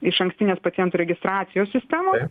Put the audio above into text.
išankstinės pacientų registracijos sistemos